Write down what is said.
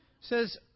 says